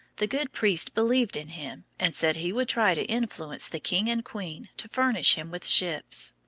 the good priest believed in him and said he would try to influence the king and queen to furnish him with ships.